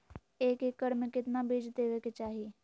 एक एकड़ मे केतना बीज देवे के चाहि?